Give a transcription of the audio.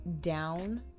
down